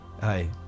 Hi